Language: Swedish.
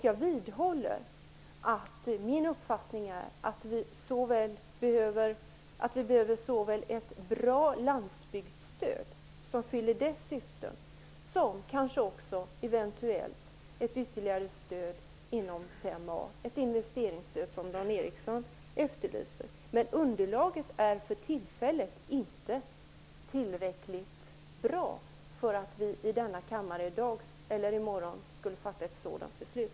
Jag vidhåller att min uppfattning är att vi behöver såväl ett bra landsbygdsstöd som ett eventuellt ytterligare stöd inom 5a, ett investeringsstöd som Dan Ericsson efterlyser. Men underlaget är för tillfället inte tillräckligt bra för att vi i denna kammare i morgon skall kunna fatta ett sådant beslut.